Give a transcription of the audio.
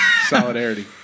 Solidarity